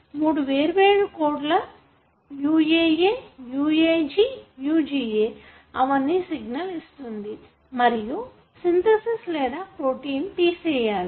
మూడు వేర్వేరు కోడ్ ల UAA UAG UGA అవన్నీ సిగ్నల్ ఇస్తుంది మరియు సింథసిస్ లేదా ప్రోటీన్ తీసేయాలి